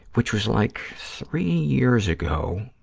which was like three years ago,